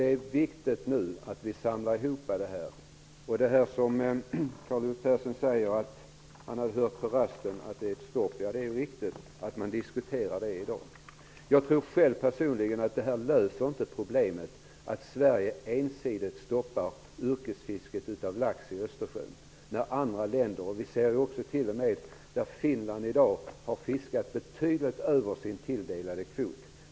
Det är nu viktigt att vi samlar ihop det vi har. Carl Olov Persson sade att han under middagspausen hade hört att det kan bli fråga om ett fiskestopp. Ja, det är riktigt att man i dag diskuterar det. Jag tror personligen inte att det löser problemet att Sverige ensidigt stoppar yrkesfisket av lax i Östersjön. Vi kan i dag se att man i Finland har fiskat betydligt utöver sin tilldelade kvot.